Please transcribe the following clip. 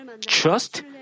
trust